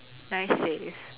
nice save